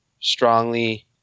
strongly